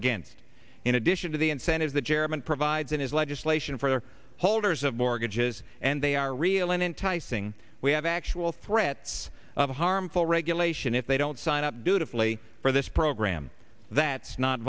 against in addition to the incentives that chairman provides in his legislation for holders of mortgages and they are real enticing we have actual threats of a harmful regulation if they don't sign up beautifully for this program that's not